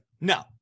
no